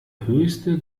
höchste